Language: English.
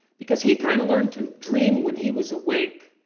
because he kind of learned to dream when he was awake.